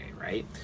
right